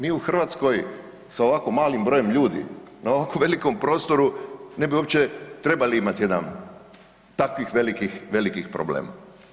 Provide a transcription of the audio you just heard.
Mi u Hrvatskoj sa ovako malim brojem ljudi na ovako velikom prostoru ne bi uopće trebali imati jedan, takvih velikih, velikih problema.